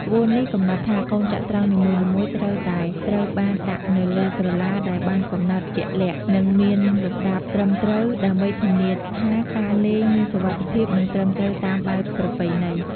ក្បួននេះកំណត់ថា កូនចត្រង្គនីមួយៗត្រូវតែត្រូវបានដាក់នៅលើក្រឡាដែលបានកំណត់ជាក់លាក់ និងមានលំដាប់ត្រឹមត្រូវ ដើម្បីធានាថាការលេងមានសុវត្ថិភាព និងត្រឹមត្រូវតាមបែបប្រពៃណី។